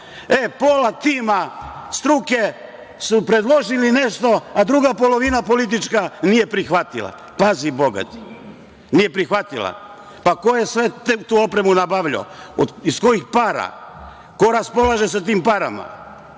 pola tima struke su predložili nešto, a druga polovina politička nije prihvatila. Pazi, Boga ti. Nije prihvatila. Ko je svu tu opremu nabavljao, iz kojih para, ko raspolaže sa tim parama? Druga